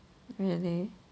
really